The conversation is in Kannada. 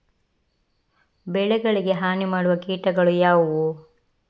ಬೆಳೆಗಳಿಗೆ ಹಾನಿ ಮಾಡುವ ಕೀಟಗಳು ಯಾವುವು?